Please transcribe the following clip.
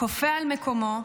קופא על מקומו,